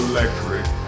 Electric